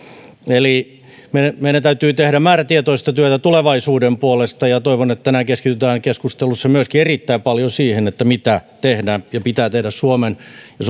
eli meidän täytyy tehdä määrätietoista työtä tulevaisuuden puolesta ja ja toivon että tänään keskitytään keskustelussa myöskin erittäin paljon siihen mitä tehdään ja pitää tehdä suomen ja suomen